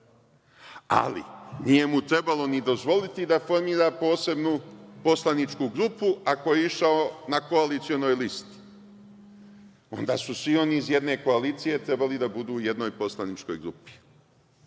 Ali, nije mu trebalo ni dozvoliti da formira posebnu poslaničku grupu ako je išao na koalicionoj listi. Onda su svi oni iz jedne koalicije trebali da budu jednoj poslaničkoj grupi. Ovde